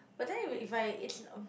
but then if you if I it's um